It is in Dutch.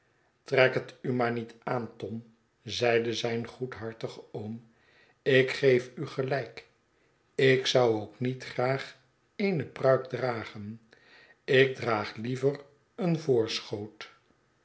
trek het u maar niet aan tom zeide zijn goedhartige oom ik geef u gelijk ik zou ook niet graag eene pruik dragen ik draag liever een voorschoot